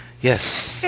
Yes